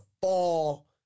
fall